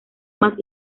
más